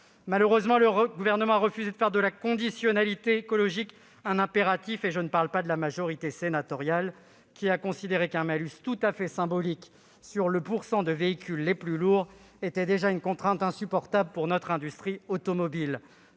Malheureusement, le Gouvernement a refusé de faire de la conditionnalité écologique un impératif. Et je ne parle pas de la majorité sénatoriale, qui a considéré qu'un malus tout à fait symbolique sur les 2 % de véhicules les plus lourds était déjà une contrainte insupportable pour notre industrie automobile